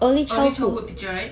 early childhood